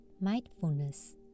mindfulness